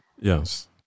Yes